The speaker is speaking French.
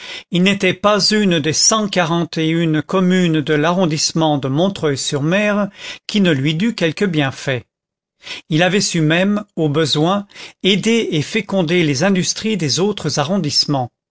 il n'était pas une des cent quarante et une communes de l'arrondissement de montreuil sur mer qui ne lui dût quelque bienfait il avait su même au besoin aider et féconder les industries des autres arrondissements